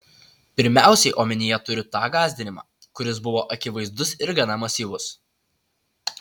pirmiausiai omenyje turiu tą gąsdinimą kuris buvo akivaizdus ir gana masyvus